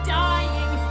dying